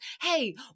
hey